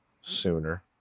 sooner